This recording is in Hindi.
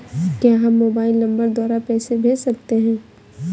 क्या हम मोबाइल नंबर द्वारा पैसे भेज सकते हैं?